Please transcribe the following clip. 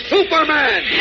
Superman